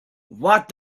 what